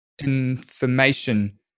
information